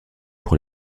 pour